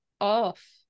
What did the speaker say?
off